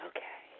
Okay